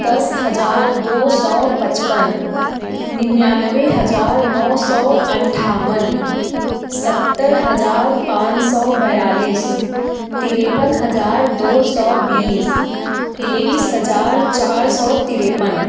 दस हज़ार दो सौ पचपन निन्यानवे हज़ार नौ सौ अठावन सत्तर हज़ार पाँच सौ बयालीस तिरपन हज़ार दो सौ बीस तेईस हज़ार चार सौ तिरपन